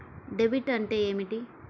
Debit అంటే ఏమిటి?